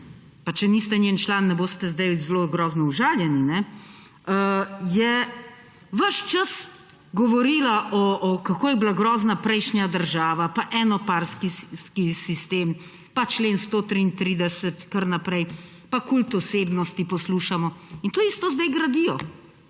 pa če niste njen član, ne boste sedaj zelo grozno užaljeni –, je ves čas govorila, kako je bila grozna prejšnja država, pa enopartijski sistem, pa člen 133 kar naprej, pa o kultu osebnosti poslušamo. In to isto sedaj gradijo,